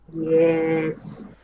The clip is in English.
yes